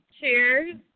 Cheers